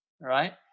right